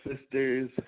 Sisters